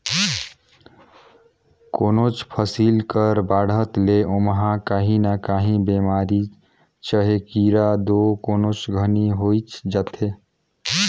कोनोच फसिल कर बाढ़त ले ओमहा काही न काही बेमारी चहे कीरा दो कोनोच घनी होइच जाथे